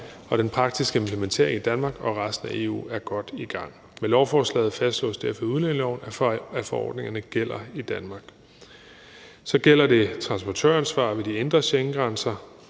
og den praktiske implementering i Danmark og i resten af EU er godt i gang. Med lovforslaget fastslås det efter udlændingeloven, at forordningerne gælder i Danmark. Så gælder det transportøransvar ved de indre Schengengrænser.